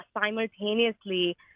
simultaneously